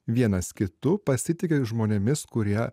vienas kitu pasitiki žmonėmis kurie